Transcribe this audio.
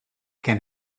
can